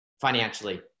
financially